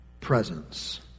presence